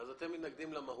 אז אתם מתנגדים למהות.